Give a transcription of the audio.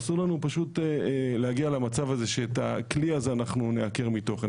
אסור לנו פשוט להגיע למצב הזה שאת הכלי הזה אנחנו נעקר מתוכן.